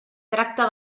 tracta